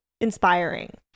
inspiring